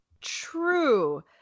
True